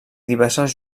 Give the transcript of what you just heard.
diverses